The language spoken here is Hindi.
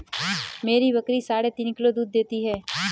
मेरी बकरी साढ़े तीन किलो दूध देती है